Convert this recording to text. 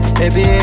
baby